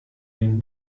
den